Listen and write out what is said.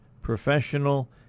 professional